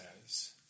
says